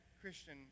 Christian